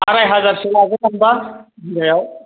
आराय हाजारसो लाजाया होनबा बिगायाव